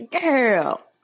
girl